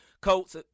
Coats